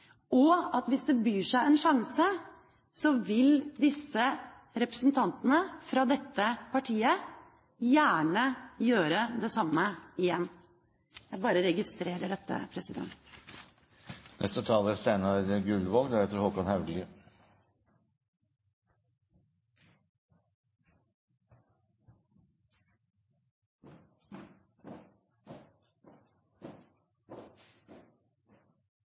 og at representantene fra dette partiet, hvis det byr seg en sjanse, gjerne vil gjøre det samme igjen. Jeg bare registrerer dette.